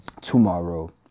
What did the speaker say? tomorrow